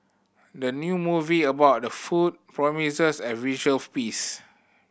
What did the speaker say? the new movie about food promises a visual feast